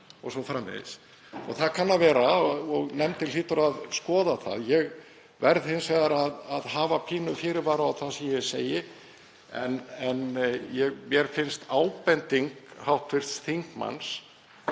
o.s.frv. Það kann að vera og nefndin hlýtur að skoða það. Ég verð hins vegar að hafa pínu fyrirvara á því sem ég segi en mér finnst ábending hv. þingmanns